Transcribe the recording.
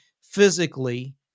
physically